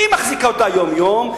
היא מחזיקה אותה יום-יום,